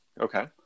Okay